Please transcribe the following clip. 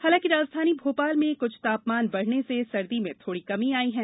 हालांकि राजधानी भोपाल में कृछ तापमान बढ़ने से सर्दी में थोड़ी कमी आई है